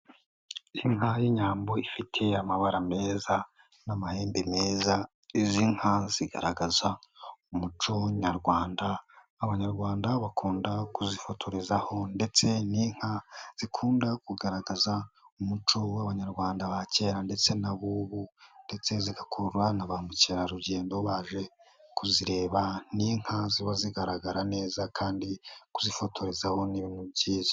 Inka y'inyambo ifite amabara meza n'amahembe meza, izi nka zigaragaza umuco nyarwanda, Abanyarwanda bakunda kuzifotorezaho ndetse ni inka zikunda kugaragaza umuco w'Abanyarwanda ba kera ndetse n'ab'ubu ndetse zigakurura na ba mukerarugendo baje kuzireba, ni inka ziba zigaragara neza kandi kuzifotorezaho ni ibintu byiza.